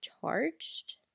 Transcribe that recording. charged